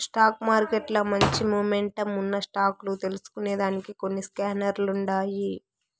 stock మార్కెట్ల మంచి momentum ఉన్న స్టాక్ లు తెల్సుకొనేదానికి కొన్ని స్కానర్లుండాయి